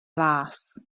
las